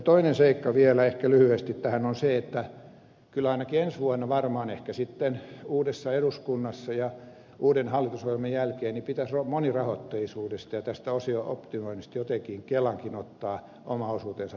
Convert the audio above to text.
toinen seikka vielä lyhyesti tähän on se että kyllä ainakin ensi vuonna varmaan ehkä sitten uudessa eduskunnassa ja uuden hallitusohjelman jälkeen pitäisi monirahoitteisuudesta ja tästä optimoinnista jotenkin kelankin ottaa oma osuutensa tarkasteluun